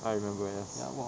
I remember yes